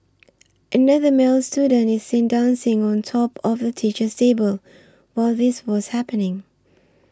another male student is seen dancing on top of the teacher's table while this was happening